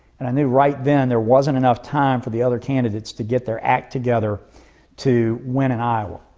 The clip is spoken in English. and i knew right then there wasn't enough time for the other candidates to get their act together to win in iowa.